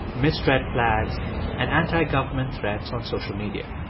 missed red flags and anti-government threats on social media